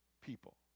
people